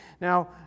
Now